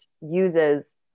uses